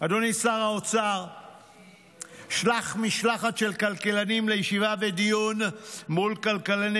אדוני שר האוצר שלח משלחת של כלכלנים לישיבה ודיון מול כלכלני